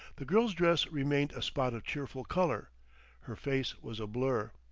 the girl's dress remained a spot of cheerful color her face was a blur.